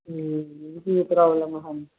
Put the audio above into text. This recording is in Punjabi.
ਤੇ ਜੇ ਪ੍ਰੋਬਲਮ